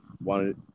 wanted